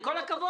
עם כל הכבוד.